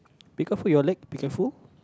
be careful your leg be careful